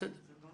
בסדר.